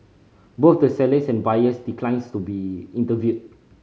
both the sellers and buyers declines to be interviewed